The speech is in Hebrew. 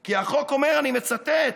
כי החוק אומר, אני מצטט,